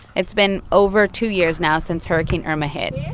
it's been over two years now since hurricane irma hit.